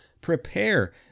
prepare